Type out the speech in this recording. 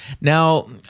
Now